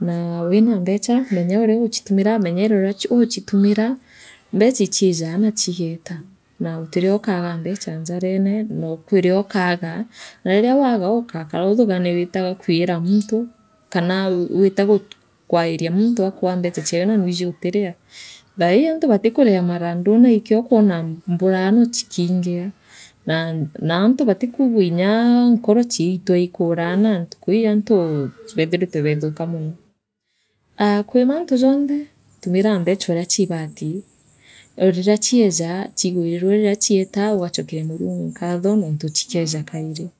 naa wina mbecha menyoria uguchitumira menyera uria uchi uchitumira mbecha inchi ijaa na chigeeta naa guturi okaaga mbecha njanene na u kwiriokaaga na riria waaga ukoka ugakara uthigania wita kwira kana wita gutu kana wita kwairia muntu akwaa mbecha chawe na nwiiji utiria thaii antu batikuria marandu naikiookwona mburaano chikiingia na na antu batikugua inyaa nkoro aiiutua ikuraana ntuku ii antu beethiritwe beethuka mono aa kwi mantu jonthe tumira mbecha uria chibati.